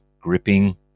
gripping